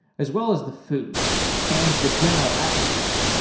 as well as the food and the general atmosphere.